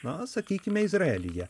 na sakykime izraelyje